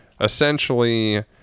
essentially